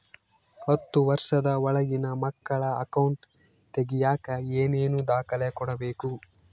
ಹತ್ತುವಷ೯ದ ಒಳಗಿನ ಮಕ್ಕಳ ಅಕೌಂಟ್ ತಗಿಯಾಕ ಏನೇನು ದಾಖಲೆ ಕೊಡಬೇಕು?